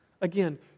Again